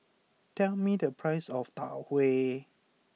tell me the price of Tau Huay